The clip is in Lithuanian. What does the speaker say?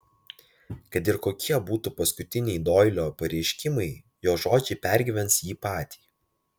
kad ir kokie būtų paskutiniai doilio pareiškimai jo žodžiai pergyvens jį patį